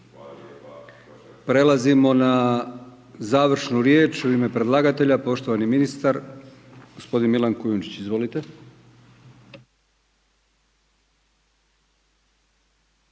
Prelazimo na završnu riječ u ime predlagatelja, poštovani ministar gospodin Milan Kujundžić. Izvolite.